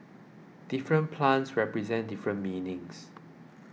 different plants represent different meanings